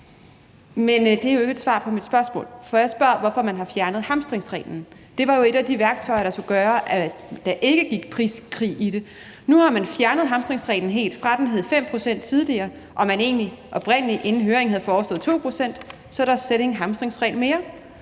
Men det er jo ikke et svar på mit spørgsmål. For jeg spørger, hvorfor man har fjernet hamstringsreglen. Det var jo et af de værktøjer, der skulle gøre, at der ikke gik priskrig i det, og nu har man fjernet hamstringsreglen helt. Hvor den tidligere var 5 pct., og hvor man egentlig oprindelig inden høringen havde foreslået 2 pct., er der så slet ikke nogen hamstringsregel mere.